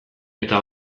eta